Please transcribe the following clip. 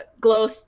glow